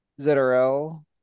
zrl